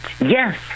Yes